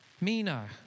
Mina